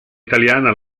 italiana